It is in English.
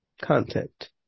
content